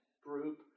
group